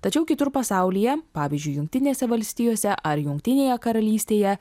tačiau kitur pasaulyje pavyzdžiui jungtinėse valstijose ar jungtinėje karalystėje